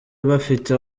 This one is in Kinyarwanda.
bafite